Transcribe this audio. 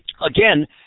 again